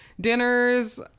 dinners